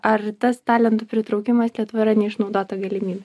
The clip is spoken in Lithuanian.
ar tas talentų pritraukimas lietuvoje yra neišnaudota galimybė